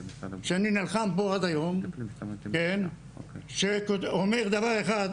שאני נלחם בו עד היום שאומר דבר אחד,